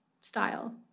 style